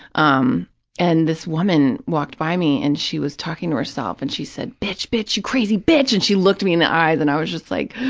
um and this woman walked by me and she was talking to herself and she said, bitch, bitch, you crazy bitch, and she looked me in the eyes and i was just like,